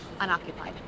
unoccupied